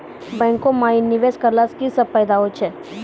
बैंको माई निवेश कराला से की सब फ़ायदा हो छै?